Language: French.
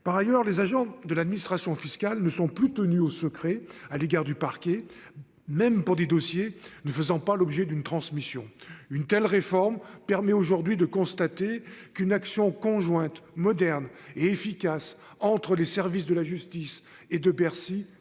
Par ailleurs les agents de l'administration fiscale ne sont plus tenus au secret à l'égard du parquet, même pour des dossiers ne faisant pas l'objet d'une transmission. Une telle réforme permet aujourd'hui de constater qu'une action conjointe moderne et efficace entre les services de la justice et de Bercy est